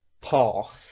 Paul